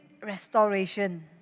restoration